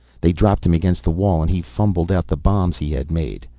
they dropped him against the wall and he fumbled out the bombs he had made.